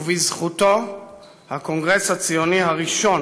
ובזכותו הקונגרס הציוני הראשון,